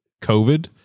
COVID